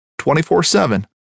24-7